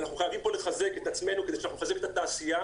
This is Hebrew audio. אנחנו חייבים לחזק את עצמנו ולחזק את התעשייה